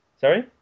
Sorry